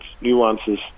nuances